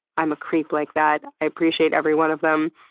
i'm a creep like that. i appreciate every one of them.